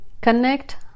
connect